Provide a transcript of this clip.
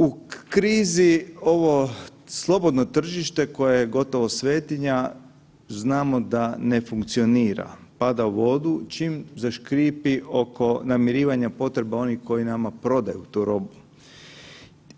U krizi ovo slobodno tržište koje je gotovo svetinja znamo da ne funkcionira, pada u vodu čim zaškripi oko namirivanja potreba onih koji nama prodaju tu robu